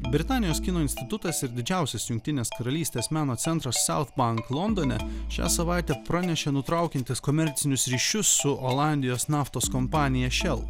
britanijos kino institutas ir didžiausias jungtinės karalystės meno centras southbank londone šią savaitę pranešė nutraukiantis komercinius ryšius su olandijos naftos kompanija shell